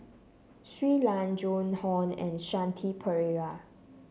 Shui Lan Joan Hon and Shanti Pereira